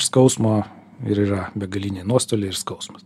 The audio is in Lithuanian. skausmo ir yra begaliniai nuostoliai ir skausmas